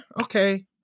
okay